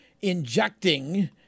injecting